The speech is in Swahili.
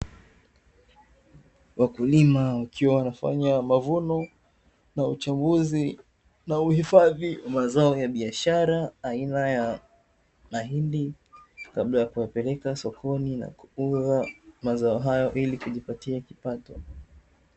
Wakulima wakiwa wanafanya mavuno na uchambuzi na uhifadhi wa mazao ya biashara, aina ya mahindi, kabla ya kuyapeleka sokoni na kuuza mazao hayo ili kujipatia kipato.